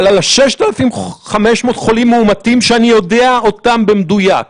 אבל על 6,500 חולים מאומתים שאני יודע אותם במדויק,